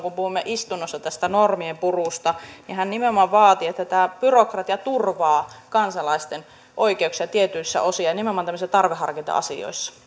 kun puhuimme istunnossa tästä normien purusta niin edustaja kontula silloin nimenomaan vaati että tämä byrokratia turvaa kansalaisten oikeuksia tietyissä osin ja nimenomaan tämmöisissä tarveharkinta asioissa